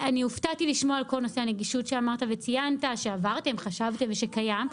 הופתעתי לשמוע על כל נושא הנגישות שדיברת וציינת שחשבתם שקיים.